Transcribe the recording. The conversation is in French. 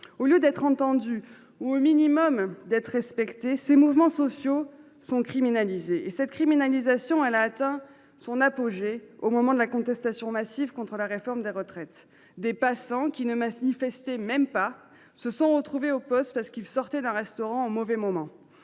Au lieu d’être entendus, au minimum respectés, les mouvements sociaux sont criminalisés. Cette criminalisation a atteint son apogée au moment de la contestation massive contre la réforme des retraites : des passants, qui ne manifestaient même pas, se sont retrouvés au poste de police parce qu’ils sortaient d’un restaurant au mauvais moment.